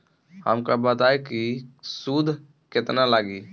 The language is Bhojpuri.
हमका बताई कि सूद केतना लागी?